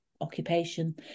occupation